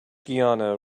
guiana